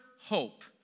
hope